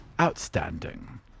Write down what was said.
Outstanding